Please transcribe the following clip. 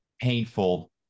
painful